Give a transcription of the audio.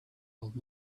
old